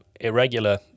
irregular